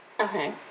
Okay